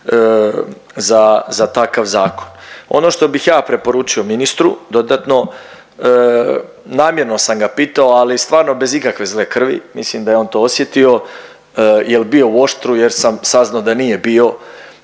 za takav zakon. Ono što bih ja preporučio ministru dodatno, namjerno sam ga pitao ali stvarno bez ikakve zle krvi, mislim da je on to osjetio jel bio u Oštru jer sam saznao da nije bio